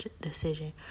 decision